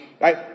right